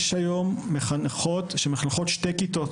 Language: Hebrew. יש מי שמחנכות שתיים או שלוש כיתות,